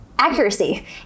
accuracy